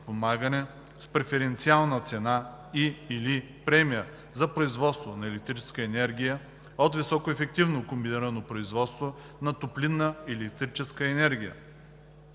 с преференциална цена и/или премия за производството на електрическа енергия от високоефективно комбинирано производство на топлинна и електрическа енергия;